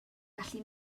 gallu